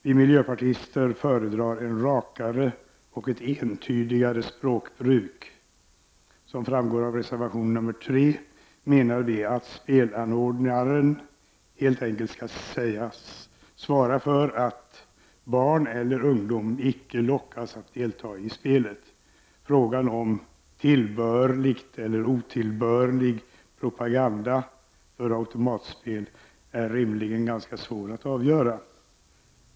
Vi miljöpartister föredrar ett rakare och entydigare språkbruk. Som framgår av reservation nr 3 menar vi att spelanordnaren helt enkelt skall sägas svara för att ”barn eller ungdom inte lockas att delta i spelet”. Frågan om tillbörlig eller otillbörlig propaganda för automatspel är rimligen ganska svår att avgöra.